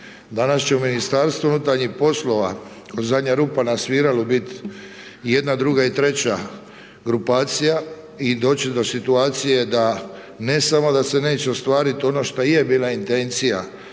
Danas će Ministarstvu unutarnjih poslova, zadnja rupa na sviralu biti i jedna, druga i treća grupacija i doći će do situacije da ne samo da se neće ostvariti ono što je bila intencija